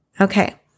Okay